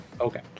Okay